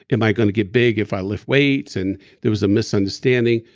am i going to get big if i lift weights? and there was a misunderstanding.